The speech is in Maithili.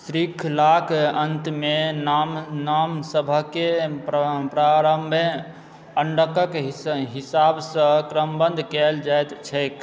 शृङ्खलाक अन्तमे नाम नामसबकेँ प्रारम्भमे अङ्कक हिसाबसँ क्रमबद्ध कयल जाइत छैक